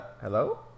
hello